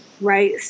right